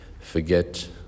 Forget